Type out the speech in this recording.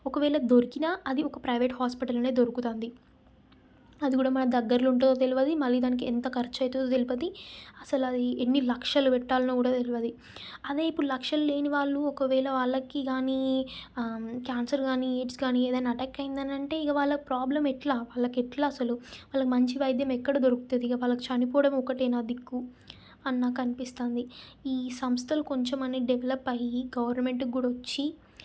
ఒకవేళ దొరికినా అది ఒక ప్రైవేట్ హాస్పిటల్లోనే దొరుకుతుంది అది కూడా మన దగ్గరలో ఉంటుందో తెలియదు మళ్ళీ దానికి ఎంత ఖర్చవుతుందో తెలియదు అసలు అది ఎన్ని లక్షలు పెట్టాలనో కూడా తెలియదు అదే ఇప్పుడు లక్షలు లేని వాళ్ళు ఒకవేళ వాళ్ళకి కాని క్యాన్సర్ కాని ఎయిడ్స్ కానీ ఏదైనా అట్టాక్ అయ్యిందనంటే ఇంక వాళ్ళకు ప్రాబ్లం ఎట్లా వాళ్ళకు అట్లా అసలు వాళ్ళకి మంచి వైద్యం ఎక్కడ దొరుకుతుంది ఇంకా వాళ్ళకి చనిపోవడం ఒకటేనా దిక్కు అని నాకు అనిపిస్తోంది ఈ సంస్థలు కొంచెం అని డెవలప్ అయ్యి గవర్నమెంట్కి కూడొచ్చి